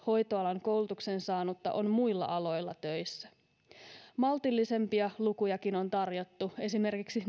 hoitoalan koulutuksen saanutta on muilla aloilla töissä maltillisempiakin lukuja on tarjottu esimerkiksi